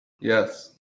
Yes